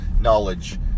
knowledge